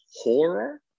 horror